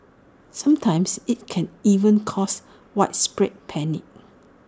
sometimes IT can even cause widespread panic